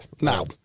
Now